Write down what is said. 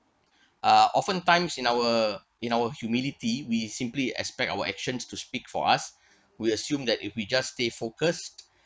uh often times in our in our humility we simply expect our actions to speak for us we assume that if we just stay focused